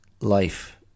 Life